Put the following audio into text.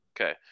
Okay